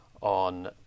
on